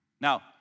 Now